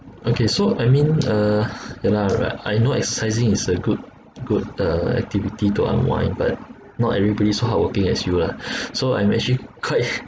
okay so I mean uh yeah lah but I know exercising is a good good uh activity to unwind but not everybody's so hardworking as you lah so I'm actually quite